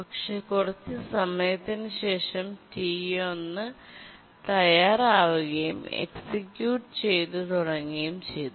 പക്ഷേ കുറച്ചു സമയത്തിനുശേഷം T1 തയ്യാറാവുകയും എക്സിക്യൂട്ട് ചെയ്തു തുടങ്ങുകയും ചെയ്തു